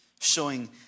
showing